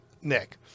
Nick